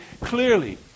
clearly